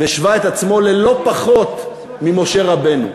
והשווה את עצמו ללא פחות ממשה רבנו.